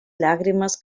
llàgrimes